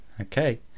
okay